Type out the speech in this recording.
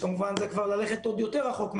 שכמובן זה כבר ללכת עוד יותר רחוק.